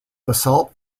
basalt